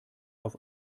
auf